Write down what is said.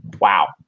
wow